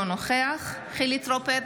אינו נוכח חילי טרופר,